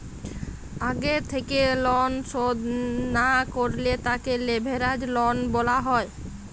আগে থেক্যে লন শধ না করলে তাকে লেভেরাজ লন বলা হ্যয়